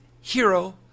hero